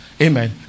Amen